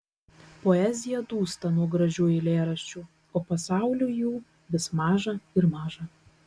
poezija dūsta nuo gražių eilėraščių o pasauliui jų vis maža ir maža